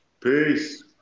Peace